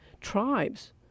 tribes